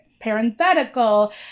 parenthetical